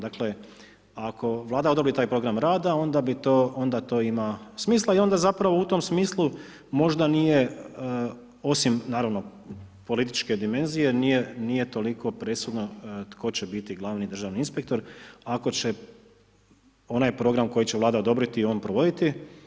Dakle, ako Vlada odobri taj program rada onda to ima smisla i onda zapravo u tom smislu možda nije, osim naravno političke dimenzije, nije toliko presudno tko će biti glavni državni inspektor ako će onaj program koji će Vlada odobriti on provoditi.